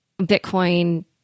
Bitcoin